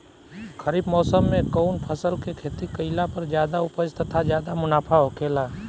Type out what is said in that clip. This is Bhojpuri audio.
खरीफ़ मौसम में कउन फसल के खेती कइला पर ज्यादा उपज तथा ज्यादा मुनाफा होखेला?